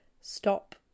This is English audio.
stop